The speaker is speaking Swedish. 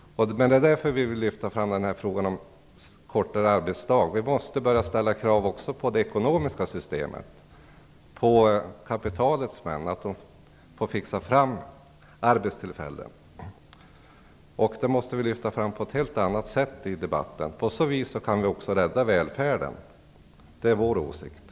Det är därför som Vänsterpartiet vill lyfta fram frågan om kortare arbetsdag. Vi måste börja ställa krav också på det ekonomiska systemet och kapitalets män att de fixar fram arbetstillfällen. Det måste vi lyfta fram på ett helt annat sätt i debatten. På så vis kan vi också rädda välfärden. Det är vår åsikt.